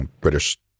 British